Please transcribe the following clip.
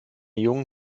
jungen